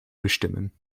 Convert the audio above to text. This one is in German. bestimmen